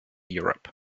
europe